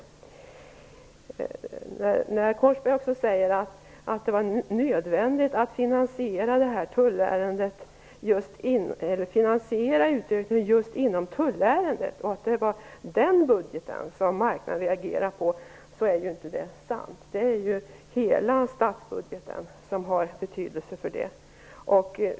Ronny Korsberg säger också att det var nödvändigt att finansiera utökningen just inom tullärendet och att det var den budgeten som marknaden reagerade på. Det är inte sant. Det är hela statsbudgeten som har betydelse för det.